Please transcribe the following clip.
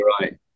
right